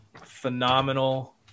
phenomenal